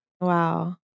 Wow